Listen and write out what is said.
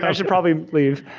um should probably leave.